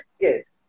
Yes